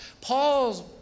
Paul's